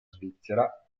svizzera